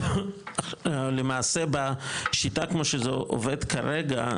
למעשה בשיטה כמו שזה עובד כרגע,